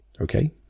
okay